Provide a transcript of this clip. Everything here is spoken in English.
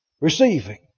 Receiving